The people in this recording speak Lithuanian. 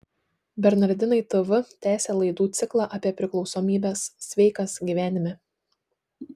bernardinai tv tęsia laidų ciklą apie priklausomybes sveikas gyvenime